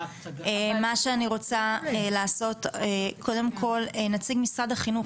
אני רוצה לשמוע את נציג משרד החינוך.